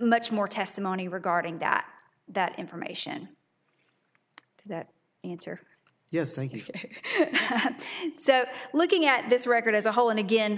much more testimony regarding that that information that answer yes thank you so looking at this record as a whole and again